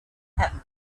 happened